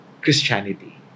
Christianity